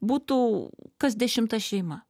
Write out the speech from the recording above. būtų kas dešimta šeima